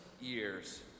years